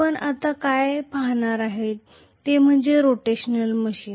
आपण आता काय पाहणार आहोत ते म्हणजे रोटेशनल मशीन